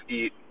eat